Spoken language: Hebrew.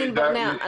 עורך דין ברנע,